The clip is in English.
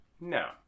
No